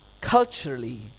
Culturally